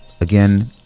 again